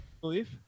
believe